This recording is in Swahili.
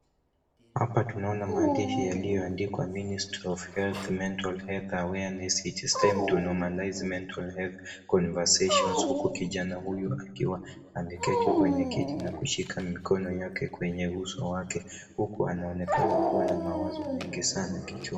Hapa tunaona maandishi yaliyoandikwa, ministry of health mental mental health wareness, it aims to normalise mental health conversations, huku kijana huyu akiwa ameketi kwenye kiti na kushika mikono yake kwenye uso wake huku anaonekana kuwa na mawazo mengi kichwani.